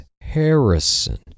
Harrison